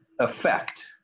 effect